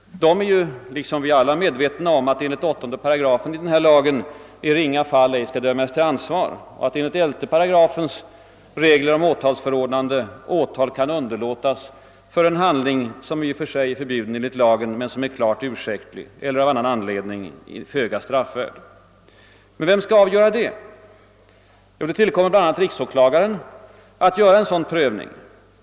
De är medvetna om att enligt 8 § Rhodesialagen »i ringa fall ej skall dömas till ansvar« och att enligt reglerna om åtalsförordnande i 11 38 åtal kan underlåtas för en handling, som i och för sig är förbjuden enligt lagen men som är klart ursäktlig eller av annan anledning föga straffvärd. Men vem skall avgöra detta? Jo, det tillkommer bl.a. riksåklagaren att göra en sådan prövning.